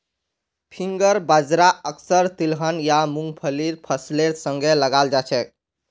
finger बाजरा अक्सर तिलहन या मुंगफलीर फसलेर संगे लगाल जाछेक